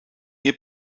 ihr